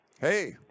Hey